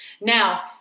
Now